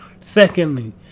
Secondly